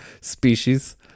Species